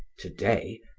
today,